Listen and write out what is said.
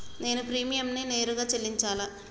నేను ప్రీమియంని నేరుగా చెల్లించాలా?